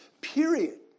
period